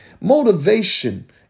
Motivation